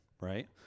right